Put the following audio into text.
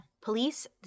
police